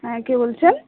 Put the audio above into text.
হ্যাঁ কে বলছেন